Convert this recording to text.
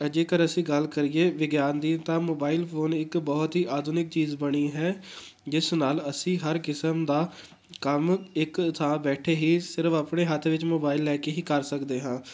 ਜੇਕਰ ਅਸੀਂ ਗੱਲ ਕਰੀਏ ਵਿਗਿਆਨ ਦੀ ਤਾਂ ਮੋਬਾਇਲ ਫ਼ੋਨ ਇੱਕ ਬਹੁਤ ਹੀ ਆਧੁਨਿਕ ਚੀਜ਼ ਬਣੀ ਹੈ ਜਿਸ ਨਾਲ਼ ਅਸੀਂ ਹਰ ਕਿਸਮ ਦਾ ਕੰਮ ਇੱਕ ਥਾਂ ਬੈਠੇ ਹੀ ਸਿਰਫ਼ ਆਪਣੇ ਹੱਥ ਵਿੱਚ ਮੋਬਾਇਲ ਲੈ ਕੇ ਹੀ ਕਰ ਸਕਦੇ ਹਾਂ